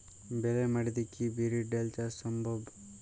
বেলে মাটিতে কি বিরির ডাল চাষ সম্ভব?